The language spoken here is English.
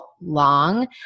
long